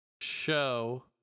show